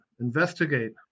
investigate